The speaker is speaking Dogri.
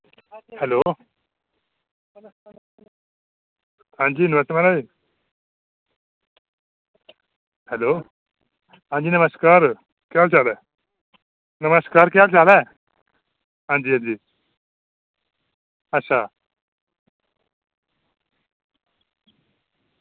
हैलो अंजी नमस्ते म्हाराज हैलो आं जी नमस्कार केह् हाल चाल ऐ नमस्कार केह् हाल चाल ऐ आं जी आं जी अच्छा